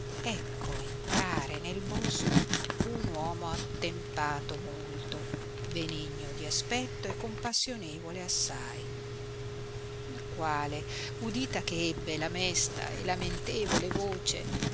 ecco entrare nel bosco un uomo attempato molto benigno di aspetto e compassionevole assai il quale udita che ebbe la mesta e lamentevole voce